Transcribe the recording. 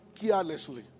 carelessly